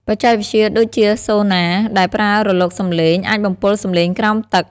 បច្ចេកវិទ្យាដូចជាសូណា ដែលប្រើរលកសំឡេង អាចបំពុលសំឡេងក្រោមទឹក។